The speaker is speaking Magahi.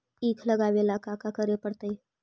ईख लगावे ला का का करे पड़तैई?